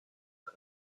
for